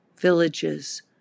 Villages